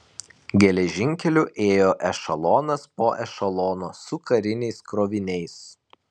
geležinkeliu ėjo ešelonas po ešelono su kariniais kroviniais